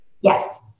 yes